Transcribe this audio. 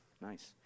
Nice